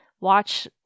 watch